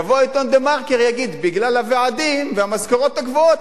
יבוא עיתון "דה-מרקר" ויגיד: בגלל הוועדים והמשכורות הגבוהות,